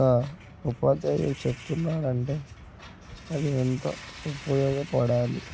ఒక ఉపాధ్యాయులు చెప్పినాడు అంటే అది ఎంతో ఉపయోగపడాలి